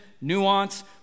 nuance